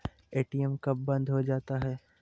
ATM कब बंद हो जाता हैं?